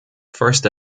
first